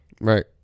Right